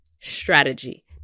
strategy